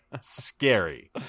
scary